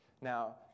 Now